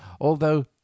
although